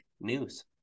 news